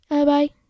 Bye-bye